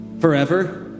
forever